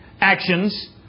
actions